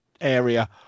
area